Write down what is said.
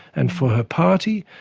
and for her party,